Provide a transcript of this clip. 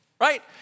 right